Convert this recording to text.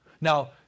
Now